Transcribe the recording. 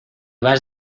vas